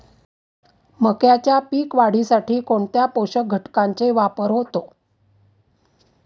मक्याच्या पीक वाढीसाठी कोणत्या पोषक घटकांचे वापर होतो?